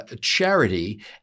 charity